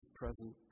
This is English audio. present